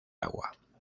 agua